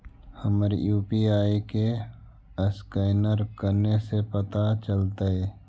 हमर यु.पी.आई के असकैनर कने से पता चलतै?